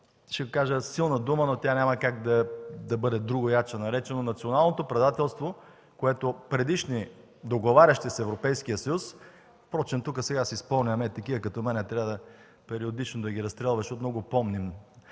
ще кажа силна дума, но няма как да бъде другояче наречено – националното предателство, което предишни договорящи с Европейския съюз... Впрочем тук, сега си спомням – такива като мен трябва периодично да ги разстрелвате, защото много помним